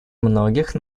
многих